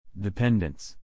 Dependence